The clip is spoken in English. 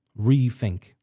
rethink